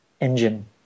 engine